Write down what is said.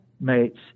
mates